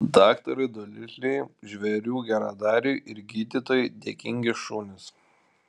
daktarui dolitliui žvėrių geradariui ir gydytojui dėkingi šunys